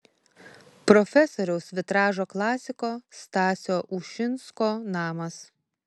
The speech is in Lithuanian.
profesoriaus vitražo klasiko stasio ušinsko namas